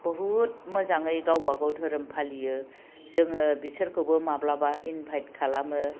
बहुद मोनजाङै गावबागाव धोरोम फालियो जोङो बिसोरखौबो माब्लाबा इनभाइट खालामो